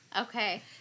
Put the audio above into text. Okay